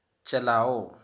چلاؤ